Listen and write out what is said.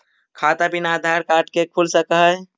खाता बिना आधार कार्ड के खुल सक है?